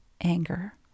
anger